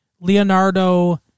Leonardo